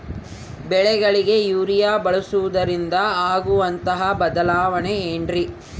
ಬೆಳೆಗಳಿಗೆ ಯೂರಿಯಾ ಬಳಸುವುದರಿಂದ ಆಗುವಂತಹ ಬದಲಾವಣೆ ಏನ್ರಿ?